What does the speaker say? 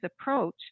approach